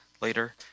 later